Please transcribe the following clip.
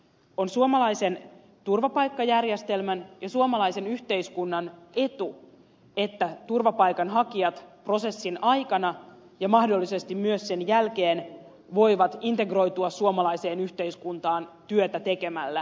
on suomalaisen turvapaikkajärjestelmän ja suomalaisen yhteiskunnan etu että turvapaikanhakijat prosessin aikana ja mahdollisesti myös sen jälkeen voivat integroitua suomalaiseen yhteiskuntaan työtä tekemällä